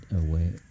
away